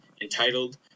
entitled